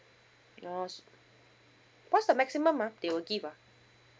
oh what's the maximum ah they will give ah